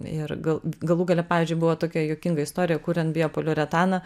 ir gal galų gale pavyzdžiui buvo tokia juokinga istorija kuriant biopoliuretaną